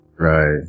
Right